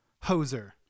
hoser